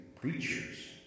preachers